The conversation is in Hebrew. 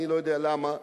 אני לא יודע למה ומדוע,